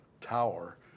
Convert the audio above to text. tower